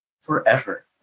forever